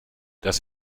das